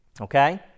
Okay